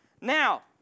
Now